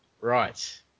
right